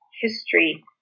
history